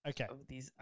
Okay